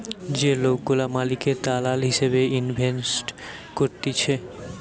যে লোকগুলা মালিকের দালাল হিসেবে ইনভেস্ট করতিছে